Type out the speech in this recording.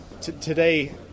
today